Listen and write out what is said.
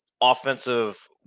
offensive